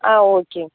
ஆ okay